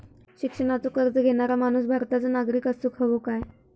शिक्षणाचो कर्ज घेणारो माणूस भारताचो नागरिक असूक हवो काय?